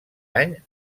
any